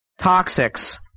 toxics